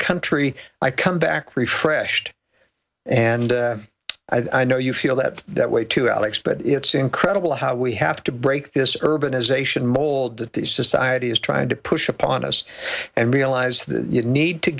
country i come back refreshed and i know you feel that that way too alex but it's incredible how we have to break this urbanization mold that the society is trying to push upon us and realize that you need to